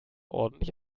ordentlich